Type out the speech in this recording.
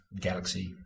galaxy